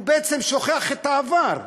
הוא בעצם שוכח את העבר,